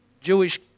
Jewish